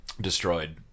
destroyed